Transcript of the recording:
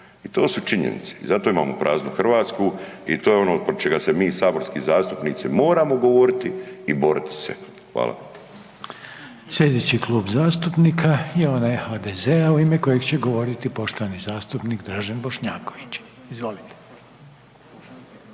I to su činjenice. I zato imamo praznu Hrvatsku i to je ono oko čega se mi saborski zastupnici moramo govoriti i boriti se. Hvala. **Reiner, Željko (HDZ)** Slijedeći Klub zastupnika je onaj HDZ-a u ime kojeg će govoriti poštovani zastupnik Dražen Bošnjaković. Izvolite.